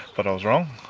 but i was wrong.